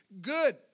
Good